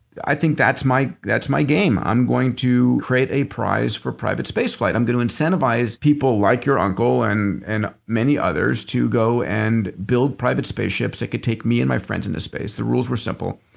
i think that's my that's my game. i'm going to create a prize for private space flight. i'm going to incentivize people like your uncle and and many others to go and build private spaceships that could take me and my friends into space. the rules were simple.